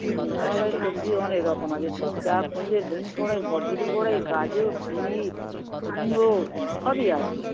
হুম আমার এর সবজি অনেকরকম আছে তুমি যা খুঁজবে বিন্স কড়াই বড়বটি কড়াই গাজর বিট কুমড়ো সবই আছে